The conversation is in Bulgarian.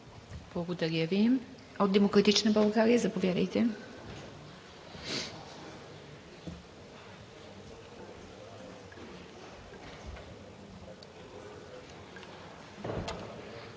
Благодаря Ви. От „Демократична България“? Заповядайте.